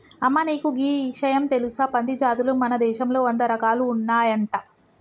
అమ్మ నీకు గీ ఇషయం తెలుసా పంది జాతులు మన దేశంలో వంద రకాలు ఉన్నాయంట